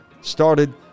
started